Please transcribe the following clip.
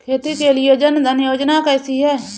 खेती के लिए जन धन योजना कैसी है?